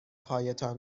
هایتان